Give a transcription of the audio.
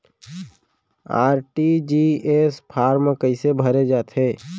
RTGS form कइसे भरे जाथे?